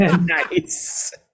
Nice